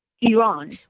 Iran